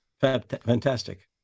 fantastic